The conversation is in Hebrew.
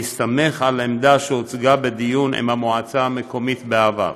בהסתמך על עמדה שהוצגה בדיון עם המועצה המקומית בעבר.